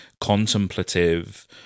contemplative